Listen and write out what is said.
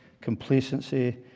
complacency